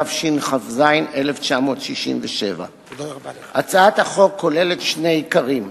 התשכ"ז 1967. הצעת החוק כוללת שני עיקרים: